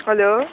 hello